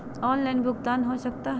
Online भुगतान हो सकता है?